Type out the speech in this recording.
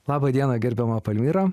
laba diena gerbiama palmira